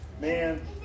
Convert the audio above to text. Man